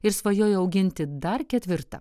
ir svajoja auginti dar ketvirtą